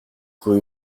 rue